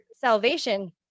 salvation